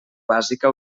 bàsica